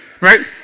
Right